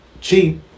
cheap